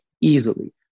easily